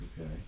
Okay